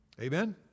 Amen